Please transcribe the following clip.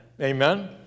Amen